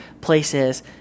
places